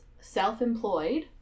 self-employed